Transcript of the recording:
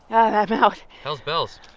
i'm out hell's bells.